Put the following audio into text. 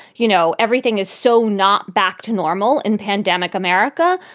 you know, everything is so not back to normal in pandemic america,